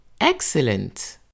Excellent